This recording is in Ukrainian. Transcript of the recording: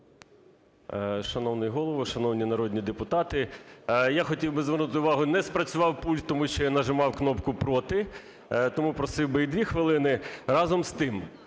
Шановний Голово, шановні народні депутати, я хотів би звернути увагу, не спрацював пульт, тому що я нажимав копку "проти". Тому просив би і дві хвилини. Разом з тим,